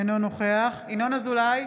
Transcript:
אינו נוכח ינון אזולאי,